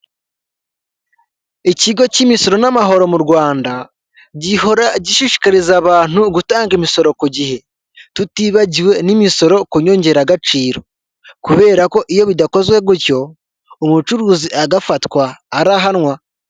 Ikigo cy'imisoro n'amahoro mu Rwanda gihora gishishikariza abantu gutanga imisoro ku gihe, tutibagiwe n'imisoro ku nyongeragaciro kubera ko iyo bidakozwe gutyo umucuruzi agafatwa arahanwa.